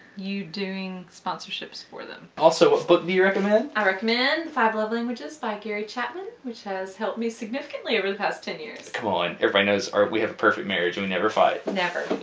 you doing sponsorships for them. also what book do you recommend? i recommend five love languages by gary chapman which has helped me significantly over the past ten years. come on. everybody knows we have a perfect marriage, we never fight. never.